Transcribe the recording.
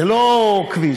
זה לא כביש.